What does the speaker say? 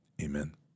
Amen